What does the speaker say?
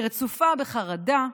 היא רצופה בחרדה,